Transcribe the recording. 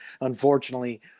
unfortunately